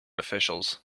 officials